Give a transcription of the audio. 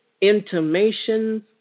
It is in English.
intimations